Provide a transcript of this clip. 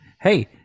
Hey